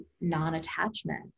non-attachment